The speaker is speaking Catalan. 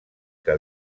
que